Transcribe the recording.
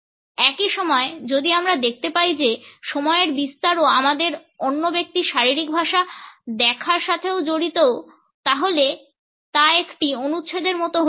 একই সময়ে যদি আমরা দেখতে পাই যে সময়ের বিস্তারও আমাদের অন্য ব্যক্তির শারীরিক ভাষা দেখার সাথেও জড়িত তাহলে তা একটি অনুচ্ছেদের মতো হয়ে যায়